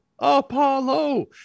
Apollo